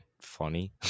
funny